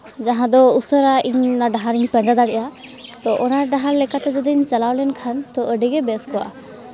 ᱡᱟᱦᱟᱸ ᱫᱚ ᱩᱥᱟᱹᱨᱟ ᱤᱧ ᱚᱱᱟ ᱰᱟᱦᱟᱨ ᱤᱧ ᱯᱟᱸᱡᱟ ᱫᱟᱲᱮᱭᱟᱜᱼᱟ ᱛᱚ ᱚᱱᱟ ᱰᱟᱦᱟᱨ ᱞᱮᱠᱟᱛᱮ ᱡᱚᱫᱤᱧ ᱪᱟᱞᱟᱣ ᱞᱮᱱᱠᱷᱟᱱ ᱛᱚ ᱟᱹᱰᱤᱜᱮ ᱵᱮᱥ ᱠᱚᱜᱼᱟ